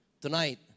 Tonight